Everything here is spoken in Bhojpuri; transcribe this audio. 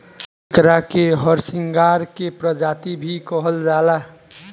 एकरा के हरसिंगार के प्रजाति भी कहल जाला